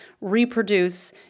reproduce